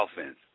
offense